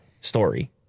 story